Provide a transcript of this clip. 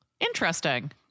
Interesting